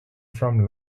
from